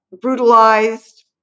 brutalized